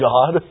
God